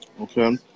Okay